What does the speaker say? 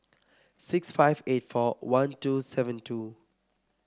six five eight four one two seven two